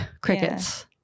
crickets